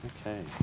Okay